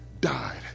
died